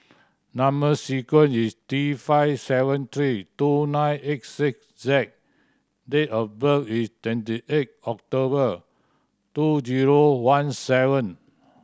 number sequence is T five seven three two nine eight six Z date of birth is twenty eight October two zero one seven